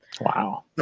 Wow